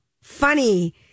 funny